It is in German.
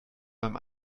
beim